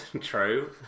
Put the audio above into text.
True